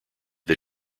that